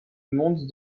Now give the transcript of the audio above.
monde